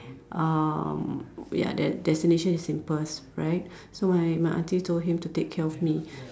um ya that destination is in Perth right so my my auntie told him to take care of me